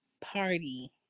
party